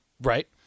Right